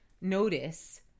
notice